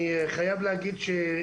ככה אני אפרט בשפת העם,